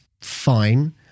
fine